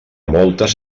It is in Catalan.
moltes